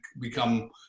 become